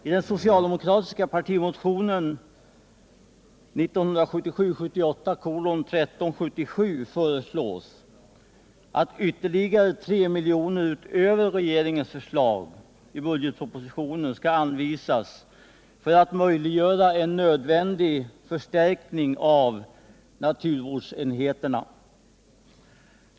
I den socialdemokratiska partimotionen 1977/78:1377 förslås att ytterligare 3 milj.kr. utöver regeringens förslag i budgetpropositionen skall anvisas för att möjliggöra en nödvändig förstärkning av naturvårdsenheterna.